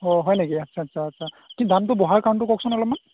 অঁ হয় নেকি আচ্ছা আচ্ছা আচ্ছা কিন্তু দামটো বহাৰ কাৰণটো কওকচোন অলপমান